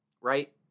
right